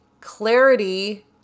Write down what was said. clarity